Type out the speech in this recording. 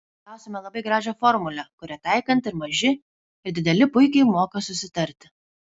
gausime labai gražią formulę kurią taikant ir maži ir dideli puikiai moka susitarti